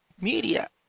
Media